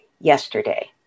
yesterday